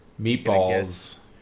Meatballs